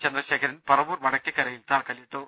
ചന്ദ്രശേഖരൻ പറവൂർ വടക്കേക്കരയിൽ തറക്കല്ലിട്ടു